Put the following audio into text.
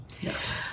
Yes